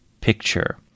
picture